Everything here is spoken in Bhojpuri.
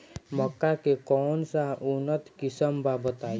मक्का के कौन सा उन्नत किस्म बा बताई?